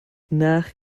nach